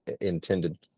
intended